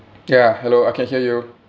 ya hello I can hear you